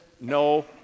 no